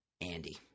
Andy